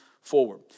forward